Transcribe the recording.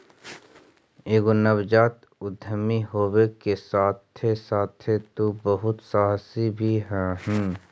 एगो नवजात उद्यमी होबे के साथे साथे तु बहुत सहासी भी हहिं